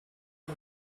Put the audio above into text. the